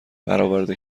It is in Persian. برآورده